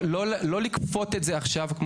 לא לכפות את זה עכשיו.